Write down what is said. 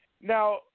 Now